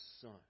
son